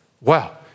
wow